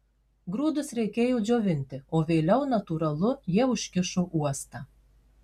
grūdus reikėjo džiovinti o vėliau natūralu jie užkišo uostą